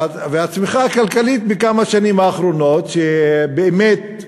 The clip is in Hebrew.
הצמיחה הכלכלית בכמה השנים האחרונות, באמת,